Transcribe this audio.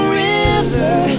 river